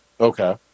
Okay